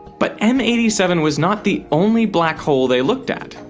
but m eight seven was not the only black hole they looked at.